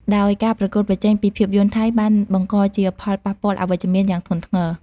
ដោយការប្រកួតប្រជែងពីភាពយន្តថៃបានបង្កជាផលប៉ះពាល់អវិជ្ជមានយ៉ាងធ្ងន់ធ្ងរ។